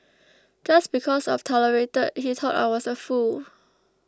just because I've tolerated he thought I was a fool